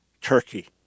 Turkey